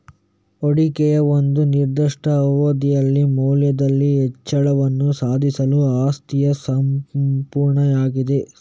ಹೂಡಿಕೆಯು ಒಂದು ನಿರ್ದಿಷ್ಟ ಅವಧಿಯಲ್ಲಿ ಮೌಲ್ಯದಲ್ಲಿ ಹೆಚ್ಚಳವನ್ನು ಸಾಧಿಸಲು ಆಸ್ತಿಯ ಸಮರ್ಪಣೆಯಾಗಿದೆ